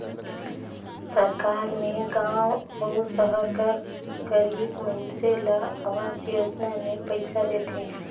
सरकार में गाँव अउ सहर कर गरीब मइनसे ल अवास योजना में पइसा देथे